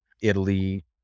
Italy